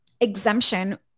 exemption